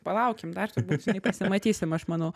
palaukim dar turbūt žinai pasimatysim aš manau